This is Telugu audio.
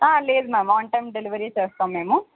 లేదు మ్యామ్ ఆన్ టైమ్ డెలివరీ చేస్తాము మేము